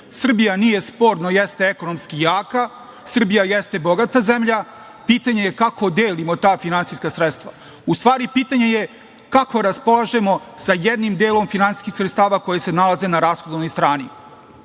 Srbija nije sporno jeste ekonomski jaka, Srbija jeste bogata zemlja, pitanje je kako delimo ta finansijska sredstva. U stvari, pitanje je kako raspolažemo sa jednim delom finansijskih sredstava koja se nalaze na rashodovnoj